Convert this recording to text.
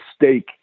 mistake